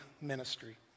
ministry